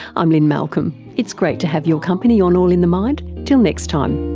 i'm lynne malcolm. it's great to have your company on all in the mind, till next time